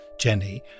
Jenny